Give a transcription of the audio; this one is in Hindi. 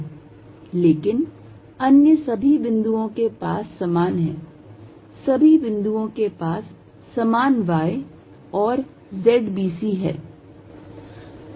लेकिन अन्य सभी बिंदुओं के पास समान हैं सभी बिंदुओं के पास समान y और z b c है